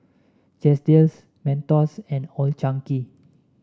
Chesdale Mentos and Old Chang Kee